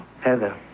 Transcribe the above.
Heather